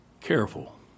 Careful